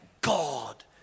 God